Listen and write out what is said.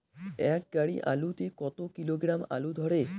এক গাড়ি আলু তে কত কিলোগ্রাম আলু ধরে?